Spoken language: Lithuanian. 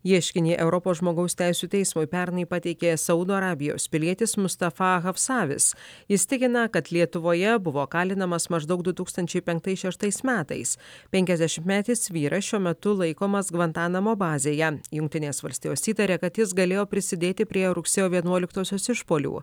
ieškinį europos žmogaus teisių teismui pernai pateikė saudo arabijos pilietis mustafa havsavis jis tikina kad lietuvoje buvo kalinamas maždaug du tūkstančiai penktais šeštais metais penkiasdešimtmetis vyras šiuo metu laikomas gvantanamo bazėje jungtinės valstijos įtaria kad jis galėjo prisidėti prie rugsėjo vienuoliktosios išpuolių